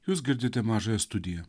jūs girdite mažąją studiją